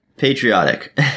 patriotic